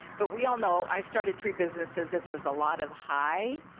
but we all know, i've started three businesses that there's a lot of high.